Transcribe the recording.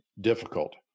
difficult